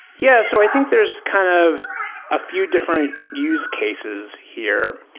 yeah. so i think there's kind of a few different use cases here.